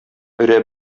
өрә